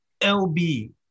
LB